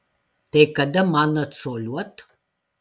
tai kada man atšuoliuot